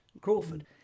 Crawford